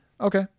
Okay